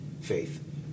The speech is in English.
faith